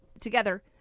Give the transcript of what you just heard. together